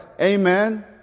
amen